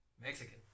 Mexican